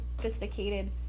sophisticated